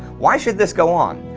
why should this go on.